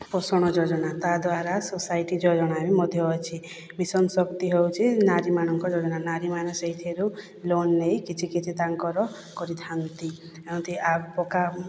ପୋଷଣ ଯୋଜନା ତା'ଦ୍ଵାରା ସୋସାଇଟି ଯୋଜନା ବି ମଧ୍ୟ ଅଛି ମିଶନ ଶକ୍ତି ହେଉଛି ନାରୀମାନଙ୍କ ଯୋଜନା ନାରୀମାନେ ସେଇଥିରୁ ଲୋନ୍ ନେଇ କିଛି କିଛି ତାଙ୍କର କରିଥା'ନ୍ତି ଆଉ ଏମିତି ଆପ୍ ପକ୍କା